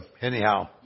anyhow